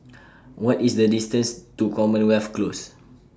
What IS The distance to Commonwealth Close